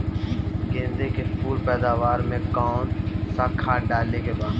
गेदे के फूल पैदवार मे काउन् सा खाद डाले के बा?